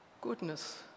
goodness